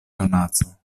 donaco